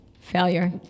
failure